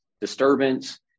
disturbance